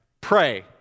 Pray